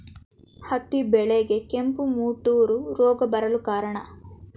ಹತ್ತಿ ಬೆಳೆಗೆ ಕೆಂಪು ಮುಟೂರು ರೋಗ ಬರಲು ಕಾರಣ?